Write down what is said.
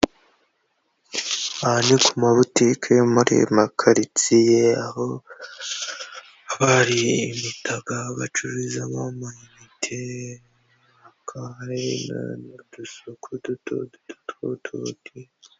Aha ni ku mabutike yo muri makaritsiye aho haba hari imitaka bacururizamo amayinite, imitaka hari n'udusoko duto duto twoturuti.